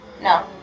No